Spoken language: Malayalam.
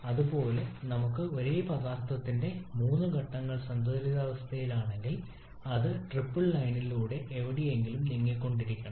അതുപോലെ നമുക്ക് ഒരേ പദാർത്ഥത്തിന്റെ മൂന്ന് ഘട്ടങ്ങൾ സന്തുലിതാവസ്ഥയിലാണെങ്കിൽ അത് ട്രിപ്പിൾ ലൈനിലൂടെ എവിടെയെങ്കിലും നീങ്ങിക്കൊണ്ടിരിക്കണം